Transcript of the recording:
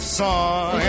song